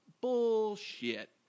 bullshit